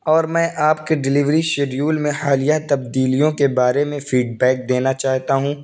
اور میں آپ کے ڈلیوری شیڈیول میں حالیہ تبدیلیوں کے بارے میں فیڈ بیک دینا چاہتا ہوں